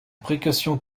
précautions